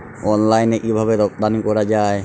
অনলাইনে কিভাবে রপ্তানি করা যায়?